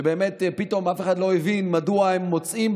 שבאמת פתאום אף אחד לא הבין מדוע הם מוצאים,